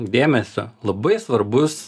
dėmesio labai svarbus